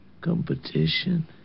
competition